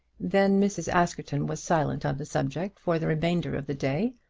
then mrs. askerton was silent on the subject for the remainder of the day,